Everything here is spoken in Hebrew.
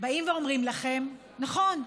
באים ואומרים לכם: נכון,